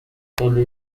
مطالعه